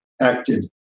acted